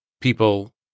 people